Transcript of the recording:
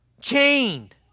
chained